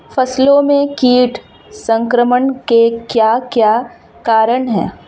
फसलों में कीट संक्रमण के क्या क्या कारण है?